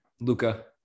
Luca